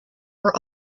were